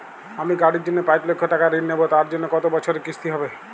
আমি গাড়ির জন্য পাঁচ লক্ষ টাকা ঋণ নেবো তার জন্য কতো বছরের কিস্তি হবে?